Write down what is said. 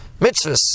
mitzvahs